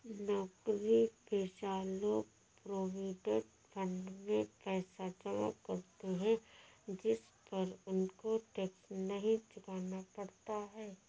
नौकरीपेशा लोग provident fund में पैसा जमा करते है जिस पर उनको टैक्स नहीं चुकाना पड़ता